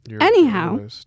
anyhow